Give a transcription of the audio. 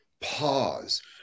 Pause